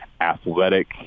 athletic